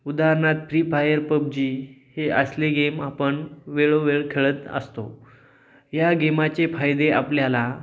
उदाहरणार्थ Free Fire PUBG हे असले गेम आपण वेळोवेळ खेळत असतो या गेमाचे फायदे आपल्याला